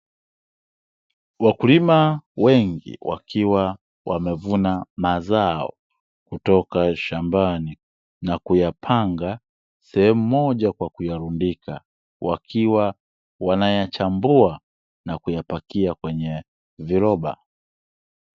Wakulima wengi wakiwa wamevuna mazao kutoka shambani na kuyapanga sehemu moja kwa kuyalundika wakiwa wanayachambua na kuyapakia kwenye viroba.